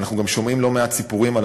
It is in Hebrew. ואנחנו גם שומעים לא מעט סיפורים על